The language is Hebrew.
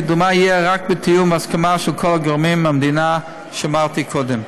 קידומה יהיה רק בתיאום והסכמה של כל גורמי המדינה שאמרתי קודם.